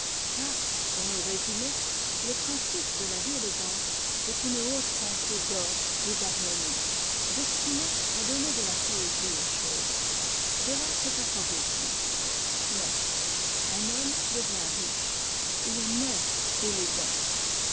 car pour nous résumer le principe de la vie élégante est une haute pensée d'ordre et d'harmonie destinée à donner de la poésie aux choses de là cet aphorisme ix un homme devient riche il naît